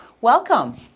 welcome